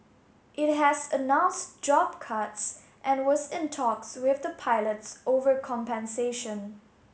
it has announced job cuts and was in talks with the pilots over compensation